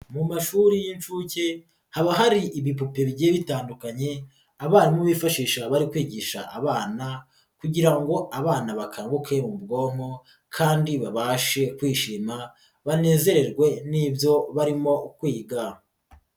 Mu mashuri y'inshuke haba hari ibipupe bigiye bitandukanye abarimu bifashisha bari kwigisha abana kugira ngo abana bakanguke mu bwonko kandi babashe kwishima, banezerwe n'ibyo barimo kwiga.